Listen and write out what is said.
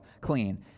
clean